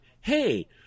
Hey